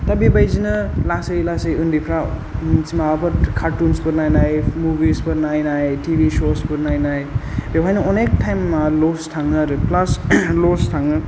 दा बेबायदिनो लासै लासै उन्दैफ्रा मोनसे माबाफोर कार्टुन्सफोर नायनाय मुभिस फोर नायनाय टि भि श'स फोर नायनाय बेयावहायनो अनेख टायमा लस थाङो आरो प्लास लस थाङो